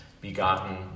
begotten